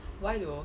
why though